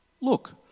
Look